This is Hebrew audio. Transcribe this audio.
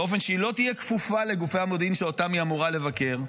באופן שהיא לא תהיה כפופה לגופי המודיעין שאותם היא אמורה לבקר,